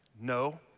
No